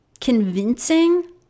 Convincing